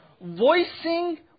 voicing